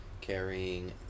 carrying